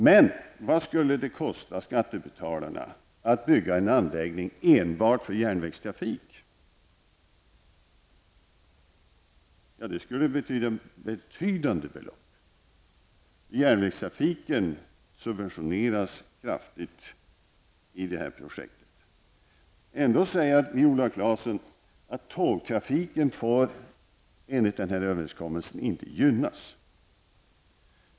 Men vad skulle det kosta skattebetalarna att bygga en anläggning enbart för järnvägstrafik? För det skulle krävas betydande belopp. Järnvägstrafiken subventioneras kraftigt i det här projektet. Ändå säger Viola Claesson att tågtrafiken enligt denna överenskommelse inte får gynnas.